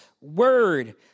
word